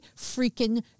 freaking